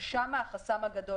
ששם החסם הגדול,